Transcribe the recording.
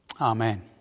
Amen